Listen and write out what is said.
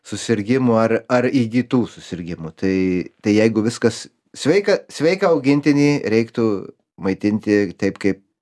susirgimų ar ar įgytų susirgimų tai tai jeigu viskas sveika sveiką augintinį reiktų maitinti taip kaip